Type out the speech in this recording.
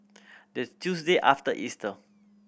the Tuesday after Easter